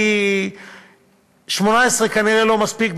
כי 18 זה כנראה לא מספיק,